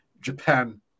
Japan